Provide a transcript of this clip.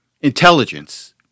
intelligence